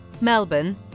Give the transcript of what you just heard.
Melbourne